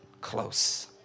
close